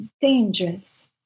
dangerous